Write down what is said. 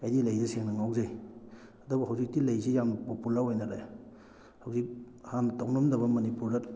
ꯑꯩꯗꯤ ꯂꯩꯗ ꯁꯦꯡꯅ ꯉꯥꯎꯖꯩ ꯑꯗꯨꯕꯨ ꯍꯧꯖꯤꯛꯇꯤ ꯂꯩꯁꯤ ꯌꯥꯝ ꯄꯣꯄꯨꯂꯔ ꯑꯣꯏꯅꯔꯛꯑꯦ ꯍꯧꯖꯤꯛ ꯍꯥꯟꯅ ꯇꯧꯅꯔꯝꯗꯕ ꯃꯅꯤꯄꯨꯔꯗ